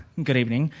good evening.